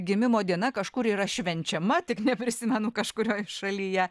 gimimo diena kažkur yra švenčiama tik neprisimenu kažkurioj šalyje